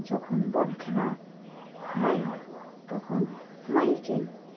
যখন বল খেলা হয় তখন মাইকে